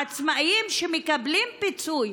העצמאים שמקבלים פיצוי,